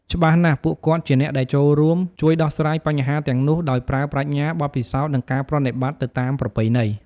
ច្បាស់ណាស់ ពួកគាត់ជាអ្នកដែលចូលរួម ជួយដោះស្រាយបញ្ហាទាំងនោះដោយប្រើប្រាជ្ញា បទពិសោធន៍ និងការប្រណិប័តន៍ទៅតាមប្រពៃណី។